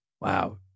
Wow